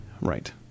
right